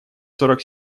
сорок